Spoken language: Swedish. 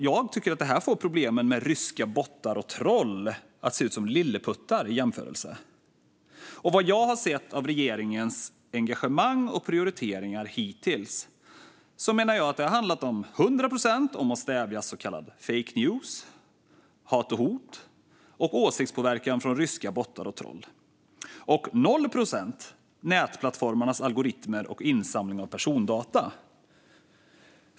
Jag tycker att det här får problemen med ryska bottar och troll att se ut som lilleputtar i jämförelse. Vad jag har sett av regeringens engagemang och prioriteringar hittills menar jag att det har handlat till 100 procent om att stävja så kallade fake news, hat och hot och åsiktspåverkan från ryska bottar och troll och till 0 procent om nätplattformarnas algoritmer och insamling av persondata.